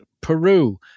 Peru